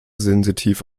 sensitiv